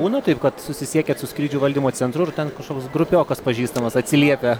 būna taip kad susisiekiat su skrydžių valdymo centru ir ten kažkoks grupiokas pažįstamas atsiliepia